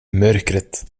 mörkret